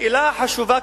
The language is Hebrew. השאלה החשובה,